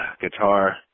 guitar